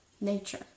Nature